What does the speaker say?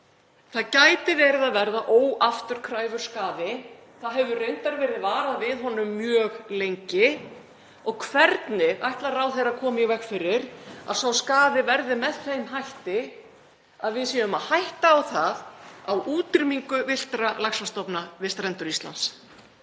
Það gæti verið að verða óafturkræfur skaði. Það hefur reyndar verið varað við honum mjög lengi. Hvernig ætlar ráðherra að koma í veg fyrir að sá skaði verði með þeim hætti að við séum að hætta á útrýmingu villtra laxastofna við strendur Íslands?